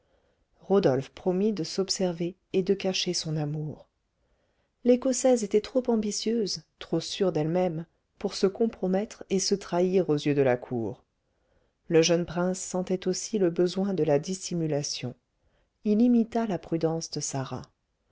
rodolphe promit de s'observer et de cacher son amour l'écossaise était trop ambitieuse trop sûre d'elle-même pour se compromettre et se trahir aux yeux de la cour le jeune prince sentait aussi le besoin de la dissimulation il imita la prudence de sarah